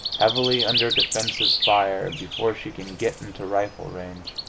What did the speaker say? heavily under defensive fire, before she can get into rifle range.